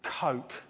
Coke